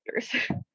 characters